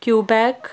Quebec